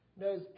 knows